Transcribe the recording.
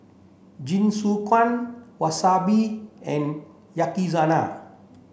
Jingisukan Wasabi and Yakizakana